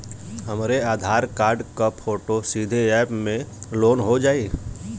हमरे आधार कार्ड क फोटो सीधे यैप में लोनहो जाई?